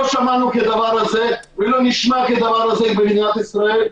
לא שמענו כדבר הזה ולא נשמע כדבר הזה במדינת ישראל.